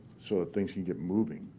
so that things can get moving.